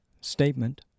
statement